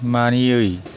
मानियै